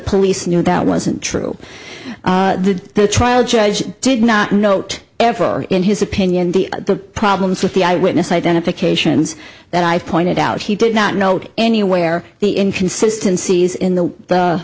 police knew that wasn't true the trial judge did not note ever in his opinion the problems with the eyewitness identifications that i pointed out he did not note anywhere the inconsistency is in the